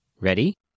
Ready